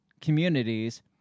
communities